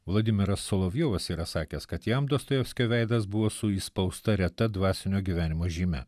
vladimiras solovjovas yra sakęs kad jam dostojevskio veidas buvo su įspausta reta dvasinio gyvenimo žyme